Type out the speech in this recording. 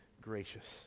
gracious